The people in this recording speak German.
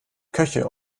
köche